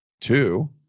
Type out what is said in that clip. two